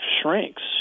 shrinks